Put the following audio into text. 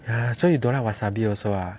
ya so you don't like wasabi also ah